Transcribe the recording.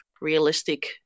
realistic